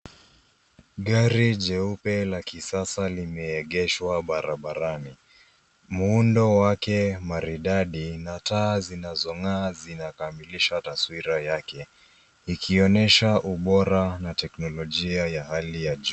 Gari jeupe la kisasa limeegeshwa barabarani. Muundo wake maridadi na taa zinazong'aa zinakamilisha taswira yake ikionyesha ubora na teknolojia ya hali ya juu.